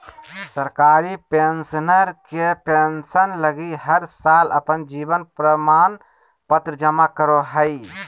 सरकारी पेंशनर के पेंसन लगी हर साल अपन जीवन प्रमाण पत्र जमा करो हइ